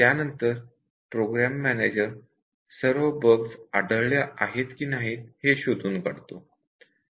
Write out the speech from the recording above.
नंतर program manager सर्व bugs आढळल्या आहेत का नाहीत हे तपासतो